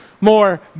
more